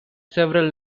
several